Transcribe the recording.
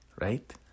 Right